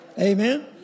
Amen